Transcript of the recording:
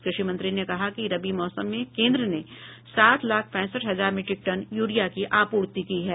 कृषि मंत्री ने कहा कि रबी मौसम में केन्द्र ने सात लाख पैंसठ हजार मीट्रिक टन यूरिया की आपूर्ति की है